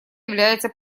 является